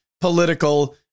political